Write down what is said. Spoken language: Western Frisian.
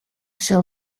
sil